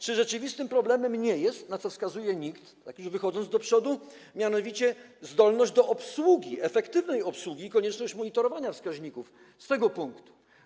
Czy rzeczywistym problemem nie jest mianowicie, na co wskazuje NIK, tak już wychodząc do przodu, zdolność do obsługi, efektywnej obsługi, i konieczność monitorowania wskaźników z tego punktu?